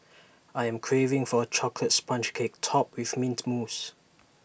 I am craving for A Chocolate Sponge Cake Topped with Mint Mousse